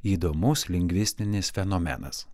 įdomus lingvistinis fenomenas